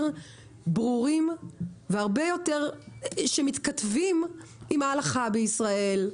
ברורים והרבה יותר מתכתבים עם ההלכה בישראל,